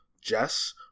Jess